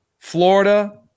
Florida